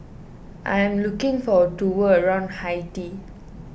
I am looking for a tour around Haiti